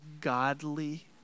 godly